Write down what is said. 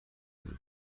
دور